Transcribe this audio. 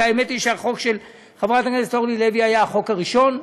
האמת היא שהחוק של חברת הכנסת אורלי לוי היה החוק הראשון,